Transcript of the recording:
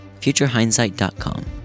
futurehindsight.com